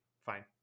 fine